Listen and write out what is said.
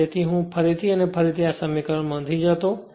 અને તેથી હું ફરીથી અને ફરીથી આ સમીકરણમાં નથી જતો